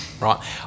right